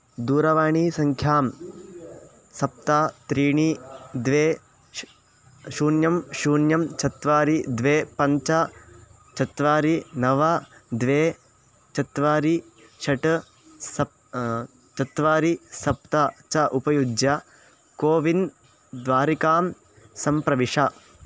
दूरवाणीसङ्ख्यां सप्त त्रीणि द्वे श् शून्यं शून्यं चत्वारि द्वे पञ्च चत्वारि नव द्वे चत्वारि षट् सप् चत्वारि सप्त च उपयुज्य कोविन् द्वारिकां सम्प्रविश